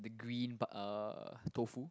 the green uh tofu